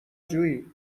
جویی